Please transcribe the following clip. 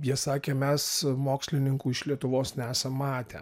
jie sakė mes mokslininkų iš lietuvos nesam matę